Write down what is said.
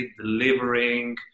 delivering